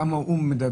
כמה הוא מדבק.